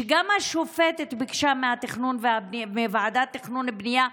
שגם השופטת ביקשה מוועדת התכנון והבנייה,